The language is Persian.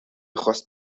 خواست